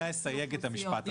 עוד שנייה אסייג את המשפט הזה.